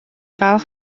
falch